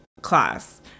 class